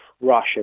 Russia